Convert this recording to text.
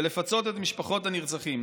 ולפצות את משפחות הנרצחים.